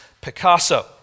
Picasso